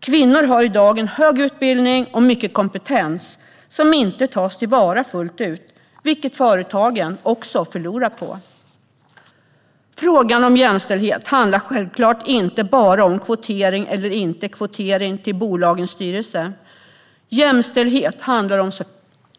Kvinnor har i dag en hög utbildning och mycket kompetens som inte tas till vara fullt ut, vilket företagen också förlorar på. Frågan om jämställdhet handlar självklart inte bara om man ska ha kvotering eller inte till bolagens styrelser. Jämställdhet handlar